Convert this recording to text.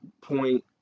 point